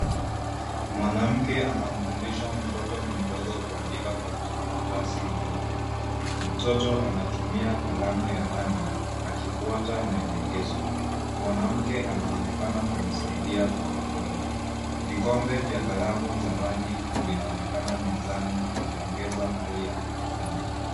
Mwanamke anamfundisha mtoto mdogo kuandika kwenye karatasi nyeupe. Mtoto anatumia kalamu ya rangi akifuata maelekezo. Mwanamke anaonekana kumsaidia kwa upole. Vikombe vya kalamu za rangi vinaonekana mezani vikiongeza hali ya kujifunza.